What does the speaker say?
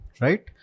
right